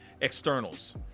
externals